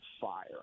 fire